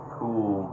cool